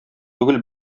түгел